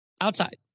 Outside